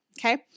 okay